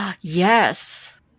yes